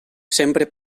sempre